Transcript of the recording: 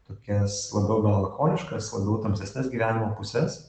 tokias labiau gal lakoniškas labiau tamsesnes gyvenimo puses